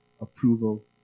approval